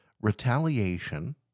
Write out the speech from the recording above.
retaliation